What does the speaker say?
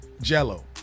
Jello